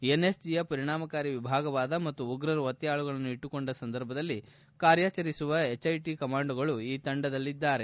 ಎನ್ಎಸ್ಜಿಯ ಪರಿಣಾಮಕಾರಿ ವಿಭಾಗವಾದ ಮತ್ತು ಉಗ್ರರು ಒತ್ತೆಯಾಳುಗಳನ್ನು ಇಟ್ಟುಕೊಂಡ ಸಂದರ್ಭದಲ್ಲಿ ಕಾರ್ಯಾಚರಿಸುವ ಎಚ್ಐಟಿ ಕಮಾಂಡೋಗಳು ಈ ತಂಡದಲ್ಲಿದ್ದಾರೆ